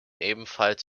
ebenfalls